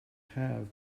have